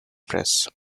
press